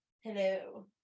Hello